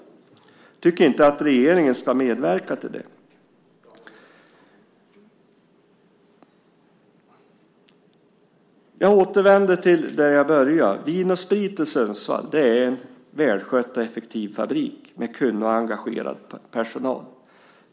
Jag tycker inte att regeringen ska medverka till det. Jag återvänder till där jag började. Vin & Sprit i Sundsvall är en välskött och effektiv fabrik med kunnig och engagerad personal.